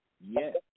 Yes